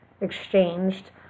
exchanged